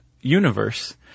universe